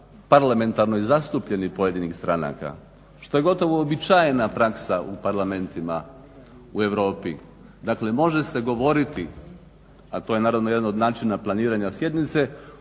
parlamentarnoj zastupljeni pojedinih stranaka što je gotovo uobičajena praksa u parlamentima, u Europi. Dakle, može se govoriti, a to je naravno jedan od načina planiranja sjednice